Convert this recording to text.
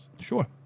Sure